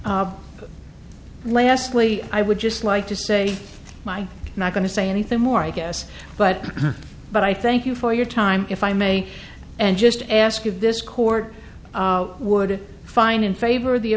lastly i would just like to say my not going to say anything more i guess but but i thank you for your time if i may and just ask you this court would find in favor of the